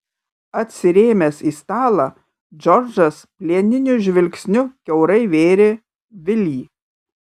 atsirėmęs į stalą džordžas plieniniu žvilgsniu kiaurai vėrė vilį